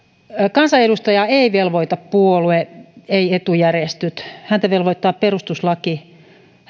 kansanedustajaa ei velvoita puolue eivät etujärjestöt häntä velvoittaa perustuslaki